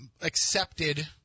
accepted